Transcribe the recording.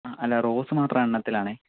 ആ അല്ല റോസ് മാത്രം എണ്ണത്തിലാണേ